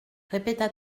répéta